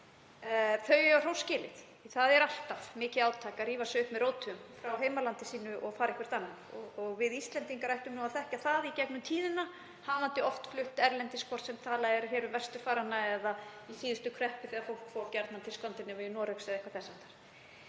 Þau eiga hrós skilið. Það er alltaf mikið átak að rífa sig upp með rótum frá heimalandi sínu og fara eitthvert annað. Við Íslendingar ættum að þekkja það í gegnum tíðina, hafandi oft flutt erlendis, hvort sem talað er um vesturfarana eða í síðustu kreppu þegar fólk fór gjarnan til Skandinavíu, Noregs eða eitthvað þess